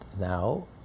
now